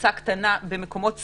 קבוצה קטנה במקומות סגורים.